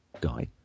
Guy